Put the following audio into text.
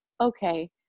okay